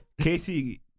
Casey